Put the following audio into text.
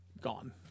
gone